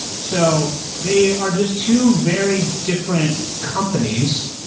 so they are just two very different companies,